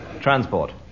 transport